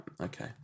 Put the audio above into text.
okay